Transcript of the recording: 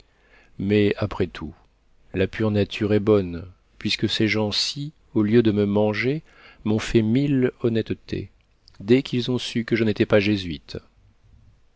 mais après tout la pure nature est bonne puisque ces gens-ci au lieu de me manger m'ont fait mille honnêtetés dès qu'ils ont su que je n'étais pas jésuite